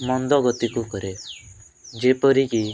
ମନ୍ଦ ଗତିକୁ କରେ ଯେପରି କି